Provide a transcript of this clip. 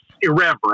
irreverent